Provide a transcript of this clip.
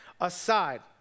aside